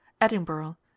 Edinburgh